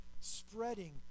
spreading